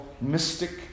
mystic